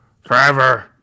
forever